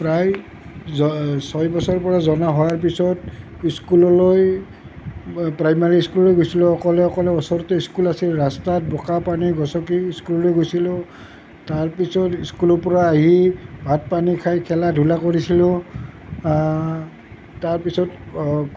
প্ৰায় জ ছয় বছৰৰ পৰা জনা হোৱাৰ পিছত স্কুললৈ প্ৰায়মাৰী স্কুললৈ গৈছিলোঁ অকলে অকলে ওচৰতে স্কুল আছিল ৰাস্তাত বোকা পানী গচকি স্কুললৈ গৈছিলোঁ তাৰপিছত স্কুলৰ পৰা আহি ভাত পানী খাই খেলা ধূলা কৰিছিলোঁ তাৰপিছত